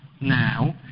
now